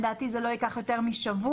לדעתי זה לא ייקח יותר משבוע,